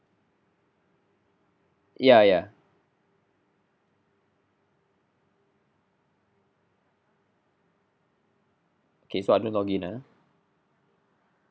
ya ya okay so I don't log in ah